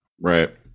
Right